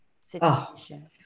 situation